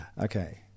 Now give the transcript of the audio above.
Okay